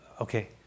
okay